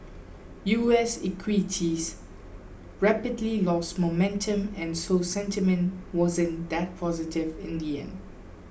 U S equities rapidly lost momentum and so sentiment wasn't that positive in the end